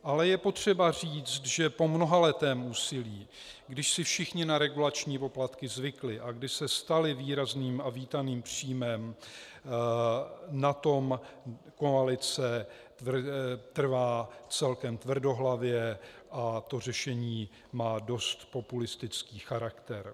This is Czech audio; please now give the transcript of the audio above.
Je ale potřeba říci, že po mnohaletém úsilí, když si všichni na regulační poplatky zvykli a kdy se staly výrazným a vítaným příjmem, na tom koalice trvá celkem tvrdohlavě a řešení má dost populistický charakter.